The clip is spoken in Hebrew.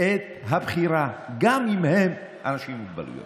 את הבחירה, גם אם הם אנשים עם מוגבלויות